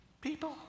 people